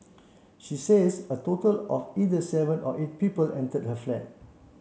she says a total of either seven or eight people entered her flat